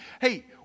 hey